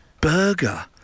burger